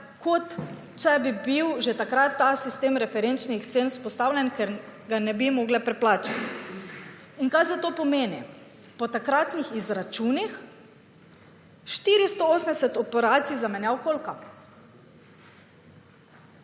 kot če bi bil že takrat ta sistem referenčnih cen vzpostavljen, ker ga ne bi mogle preplačat. In kaj zdaj to pomeni? Po takratnih izračunih, 480 operacij zamenjav kolka.